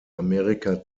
amerika